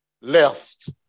left